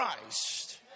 Christ